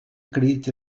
acrediti